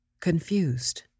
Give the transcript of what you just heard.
confused